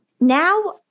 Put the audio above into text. now